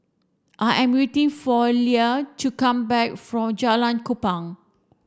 I am waiting for Leia to come back from Jalan Kupang